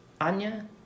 Anya